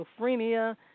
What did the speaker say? schizophrenia